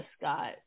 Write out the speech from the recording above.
Scott